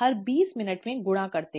हर बीस मिनट में गुणा करते हैं